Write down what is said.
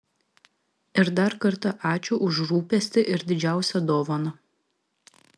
ir dar kartą ačiū už rūpestį ir didžiausią dovaną